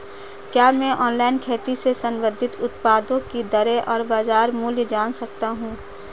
क्या मैं ऑनलाइन खेती से संबंधित उत्पादों की दरें और बाज़ार मूल्य जान सकता हूँ?